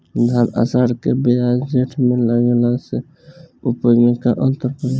धान आषाढ़ के बजाय जेठ में लगावले से उपज में का अन्तर पड़ी?